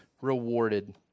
rewarded